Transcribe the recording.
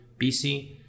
BC